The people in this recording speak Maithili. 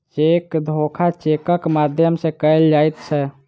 चेक धोखा चेकक माध्यम सॅ कयल जाइत छै